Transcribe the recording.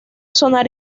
sonar